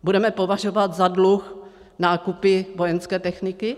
Budeme považovat za dluh nákupy vojenské techniky?